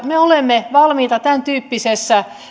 me olemme valmiita tämäntyyppiseen